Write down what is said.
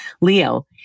Leo